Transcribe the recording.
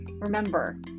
remember